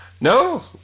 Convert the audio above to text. No